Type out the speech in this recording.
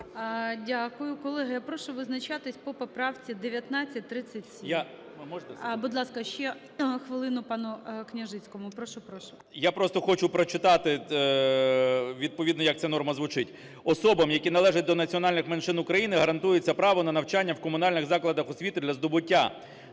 Дякую. Колеги, я прошу визначатись по поправці 1937. Будь ласка, ще хвилину пану Княжицькому. Прошу, прошу. 16:38:48 КНЯЖИЦЬКИЙ М.Л. Я просто хочу прочитати, відповідно, як ця норма звучить: "Особам, які належать до національних меншин України, гарантується право на навчання в комунальних закладах освіти для здобуття